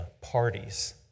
parties